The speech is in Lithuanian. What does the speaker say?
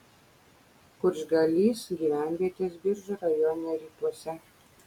kučgalys gyvenvietė biržų rajono rytuose